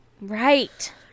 Right